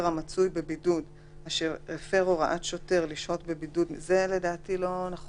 המצוי בבידוד אשר הפר הוראת שוטר לשהות בבידוד מטעם